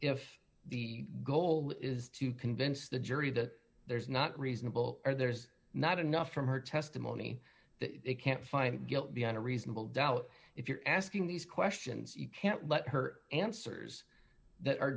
if the goal is to convince the jury that there's not reasonable or there's not enough from her testimony that it can't find guilt beyond a reasonable doubt if you're asking these questions you can't let her answers that are